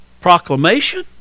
proclamation